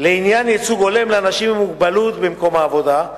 ייצוג הולם לאנשים עם מוגבלות במקום העבודה,